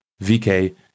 vk